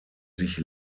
sich